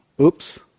Oops